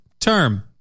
term